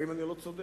האם אני לא צודק